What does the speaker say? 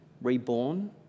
reborn